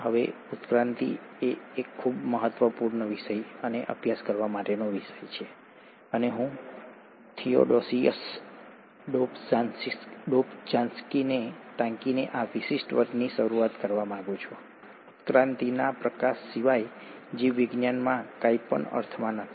હવે ઉત્ક્રાંતિ એ એક ખૂબ જ મહત્વપૂર્ણ વિષય અને અભ્યાસ કરવા માટેનો વિષય છે અને હું થિયોડોસિયસ ડોબઝાન્સ્કીને ટાંકીને આ વિશિષ્ટ વર્ગની શરૂઆત કરવા માંગુ છું કે ઉત્ક્રાંતિના પ્રકાશ સિવાય જીવવિજ્ઞાનમાં કંઈપણ અર્થમાં નથી